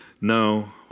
No